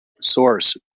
source